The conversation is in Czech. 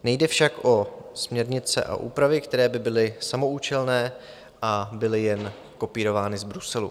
Nejde však o směrnice a úpravy, které by byly samoúčelné a byly jen kopírovány z Bruselu.